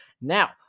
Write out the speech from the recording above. Now